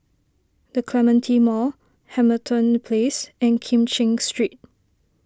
the Clementi Mall Hamilton Place and Kim Cheng Street